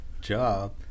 job